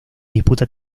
disputa